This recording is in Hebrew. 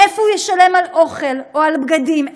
מאיפה הוא ישלם על אוכל או על בגדים?